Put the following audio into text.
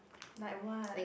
like what